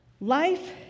Life